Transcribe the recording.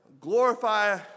glorify